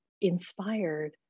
inspired